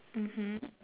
mmhmm